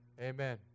amen